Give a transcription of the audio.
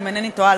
אם אינני טועה,